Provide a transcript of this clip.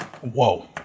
Whoa